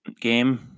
game